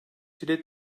dile